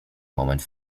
moment